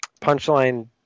Punchline